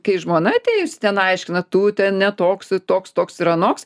kai žmona atėjusi ten aiškina tu ten ne toks toks toks ir anoks